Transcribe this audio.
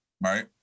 right